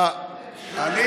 לא,